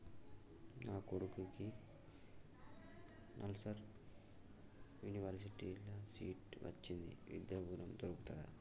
నా కొడుకుకి నల్సార్ యూనివర్సిటీ ల సీట్ వచ్చింది విద్య ఋణం దొర్కుతదా?